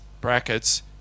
brackets